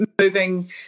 moving